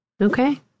okay